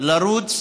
לרוץ